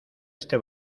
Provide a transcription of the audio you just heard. este